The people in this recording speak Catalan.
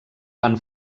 van